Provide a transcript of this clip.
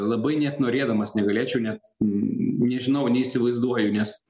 labai net norėdamas negalėčiau net nežinau neįsivaizduoju nes